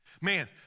Man